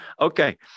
okay